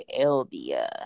Eldia